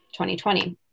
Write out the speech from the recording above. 2020